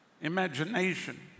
imagination